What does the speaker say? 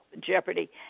Jeopardy